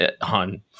on